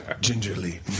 Gingerly